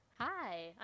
Hi